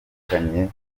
batandukanye